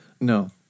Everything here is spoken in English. No